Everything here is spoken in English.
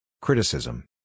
Criticism